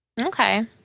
Okay